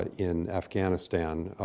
in afghanistan.